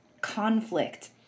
conflict